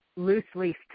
loose-leaf